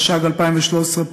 התשע"ג 2013,